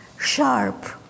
sharp